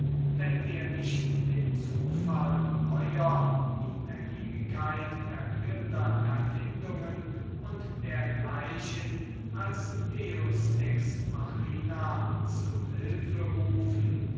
wenn wir nicht den zufall neuer die ergiebigkeit erhöhender erfindungen u dgl als deus ex maehina zu hilfe rufen